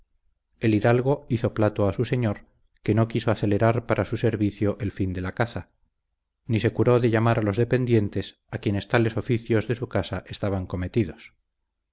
el hidalgo hizo plato a su señor que no quiso acelerar para su servicio el fin de la caza ni se curó de llamar a los dependientes a quienes tales oficios de su casa estaban cometidos